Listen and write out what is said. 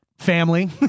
Family